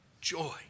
joy